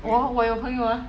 我我有朋友 ah